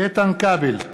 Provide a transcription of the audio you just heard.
איתן כבל,